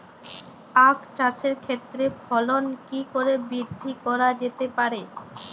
আক চাষের ক্ষেত্রে ফলন কি করে বৃদ্ধি করা যেতে পারে?